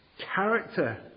character